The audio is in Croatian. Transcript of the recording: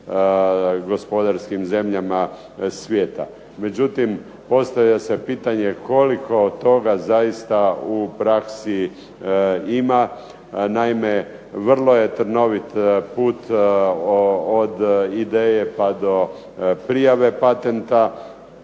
gospodarskim zemljama svijeta. Međutim, postavlja se pitanje koliko toga zaista u praksi ima? Naime, vrlo je trnovit put od ideje pa do prijave patenta.